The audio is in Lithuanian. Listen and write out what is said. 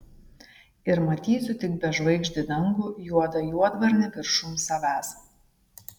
ir matysiu tik bežvaigždį dangų juodą juodvarnį viršum savęs